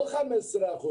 לא 15%,